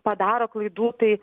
padaro klaidų taip